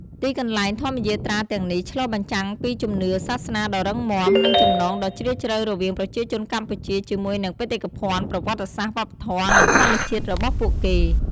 ទីកន្លែងធម្មយាត្រាទាំងនេះ ឆ្លុះបញ្ចាំងពីជំនឿសាសនាដ៏រឹងមាំ និងចំណងដ៏ជ្រាលជ្រៅរវាងប្រជាជនកម្ពុជាជាមួយនឹងបេតិកភណ្ឌប្រវត្តិសាស្ត្រ វប្បធម៌ និងធម្មជាតិរបស់ពួកគេ។